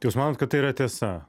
tai jūs manot kad tai yra tiesa